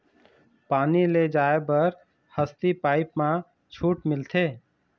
पानी ले जाय बर हसती पाइप मा छूट मिलथे?